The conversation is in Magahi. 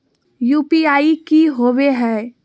यू.पी.आई की होवे हय?